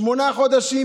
שמונה חודשים,